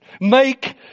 Make